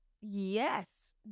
yes